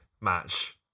match